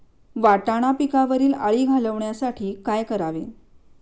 वाटाणा पिकावरील अळी घालवण्यासाठी काय करावे?